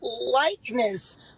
likeness